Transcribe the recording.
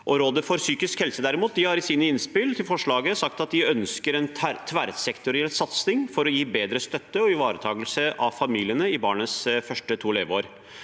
Rådet for psykisk helse har i sine innspill til representantforslaget sagt at de ønsker en tverrsektoriell satsing for å gi bedre støtte og ivaretakelse av familiene i barnets to første leveår.